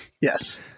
Yes